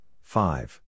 five